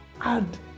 add